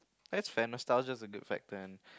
that's fair nostalgia is a good factor and